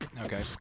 Okay